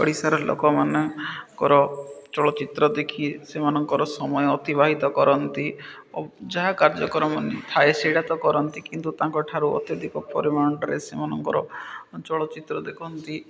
ଓଡ଼ିଶାର ଲୋକମାନଙ୍କର ଚଳଚ୍ଚିତ୍ର ଦେଖି ସେମାନଙ୍କର ସମୟ ଅତିବାହିତ କରନ୍ତି ଯାହା କାର୍ଯ୍ୟକ୍ରମ ଥାଏ ସେଟା ତ କରନ୍ତି କିନ୍ତୁ ତାଙ୍କଠାରୁ ଅତ୍ୟଧିକ ପରିମାଣରେ ସେମାନଙ୍କର ଚଳଚ୍ଚିତ୍ର ଦେଖନ୍ତି